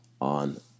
on